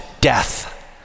death